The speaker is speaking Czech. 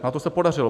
A to se podařilo.